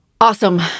Awesome